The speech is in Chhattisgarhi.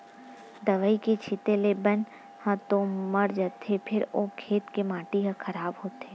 दवई के छिते ले बन ह तो मर जाथे फेर ओ खेत के माटी ह खराब होथे